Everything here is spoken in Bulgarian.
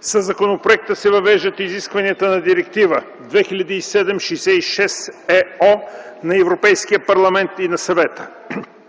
Със законопроекта се въвеждат изискванията на Директива 2007/66/ ЕО на Европейския парламент и на Съвета.